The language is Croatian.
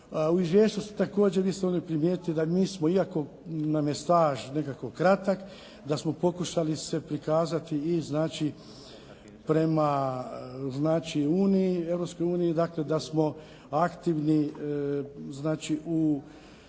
U izvješću također vi ste ovdje primijetili da mi smo iako nam je staž nekako kratak da smo pokušali se prikazati i znači prema znači